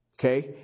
Okay